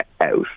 out